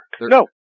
No